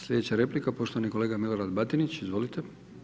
Slijedeća replika poštovani kolega Milorad Batinić, izvolite.